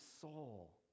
soul